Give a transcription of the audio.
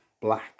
black